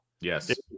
Yes